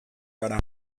gara